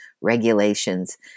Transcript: regulations